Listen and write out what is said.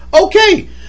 Okay